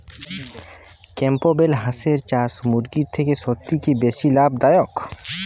Campbell হাঁসের চাষ মুরগির থেকে সত্যিই কি বেশি লাভ দায়ক?